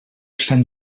sant